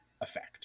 effect